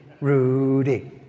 Rudy